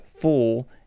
full